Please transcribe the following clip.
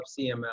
CML